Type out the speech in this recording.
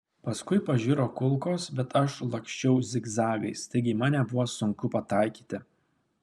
paskui pažiro kulkos bet aš laksčiau zigzagais taigi į mane buvo sunku pataikyti